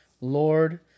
Lord